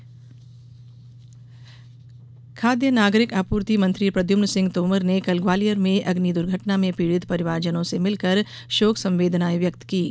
अग्नि दुर्घटना खाद्य नागरिक आपूर्ति मंत्री प्रद्यम्न सिंह तोमर ने कल ग्वालियर में अग्नि दुर्घटना में पीड़ित परिवारजनों से मिलकर शोक संवेदनाएं व्यक्त कीं